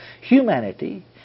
Humanity